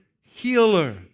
healer